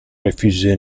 refusé